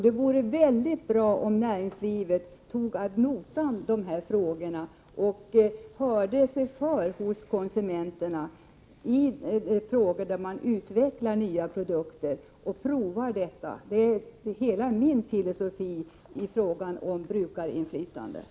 Det vore väldigt bra om man inom näringslivet tog dessa frågor ad notam och hörde sig för hos konsumenterna i dessa frågor i samband med att man utvecklar nya produkter och provar det hela. Det är min filosofi när det gäller brukarinflytandet.